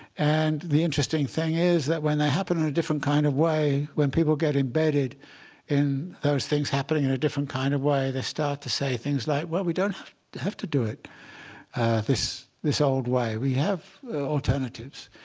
and the interesting thing is that when they happen in a different kind of way, when people get embedded in those things happening in a different kind of way, they start to say things like, well, we don't have to do it this this old way. we have alternatives.